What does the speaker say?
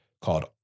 called